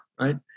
Right